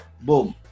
boom